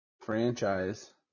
franchise